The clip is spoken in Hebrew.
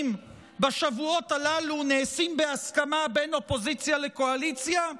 בשבועות הללו נעשים בהסכמה בין אופוזיציה לקואליציה?